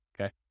okay